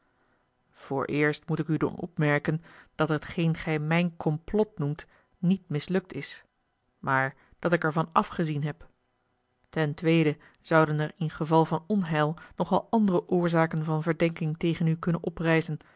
vooreerst moet ik u doen opmerken dat hetgeen gij mijn complot noemt niet mislukt is maar dat ik er van afgezien heb ten tweede zouden er in geval van onheil nog wel andere oorzaken van verdenking tegen u kunnen oprijzen